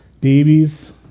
Babies